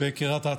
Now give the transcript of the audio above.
בקריית אתא.